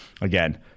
again